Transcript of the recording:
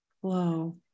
flow